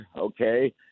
okay